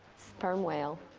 sperm whale